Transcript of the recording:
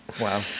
Wow